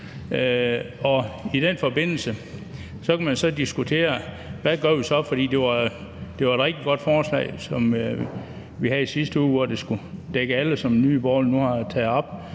uge. I den forbindelse kan man diskutere, hvad vi så skal gøre. For det var et rigtig godt forslag, vi havde sidste uge, om, at det skulle gælde alle, hvilket Nye Borgerlige nu har taget op.